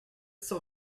cent